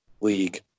league